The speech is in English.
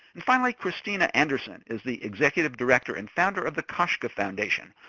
and finally, kristina anderson is the executive director and founder of the koshka foundation,